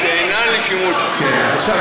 עכשיו,